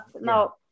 No